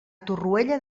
torroella